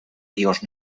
dios